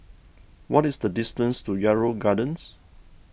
what is the distance to Yarrow Gardens